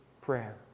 prayer